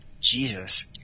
Jesus